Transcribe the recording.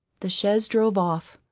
the chaise drove off.